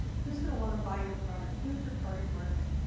who's gonna want to buy your product. who's your target market.